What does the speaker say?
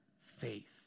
faith